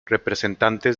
representante